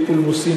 בלי פולמוסים,